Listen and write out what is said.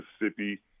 Mississippi